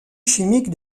chimique